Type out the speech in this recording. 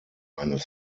eines